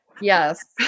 Yes